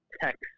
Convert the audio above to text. tech